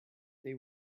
they